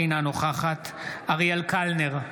אינה נוכחת אריאל קלנר,